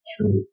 True